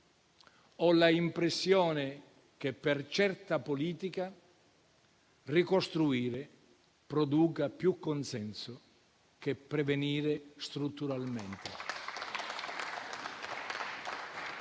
ho l'impressione che, per certa politica, ricostruire produca più consenso che prevenire strutturalmente.